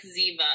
Ziva